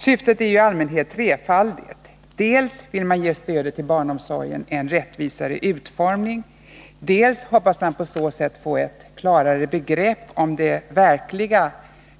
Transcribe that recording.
Syftet är i allmänhet trefaldigt: dels vill man ge stödet till barnomsorgen en rättvisare utformning, dels hoppas man på så sätt få ett klarare begrepp om det verkliga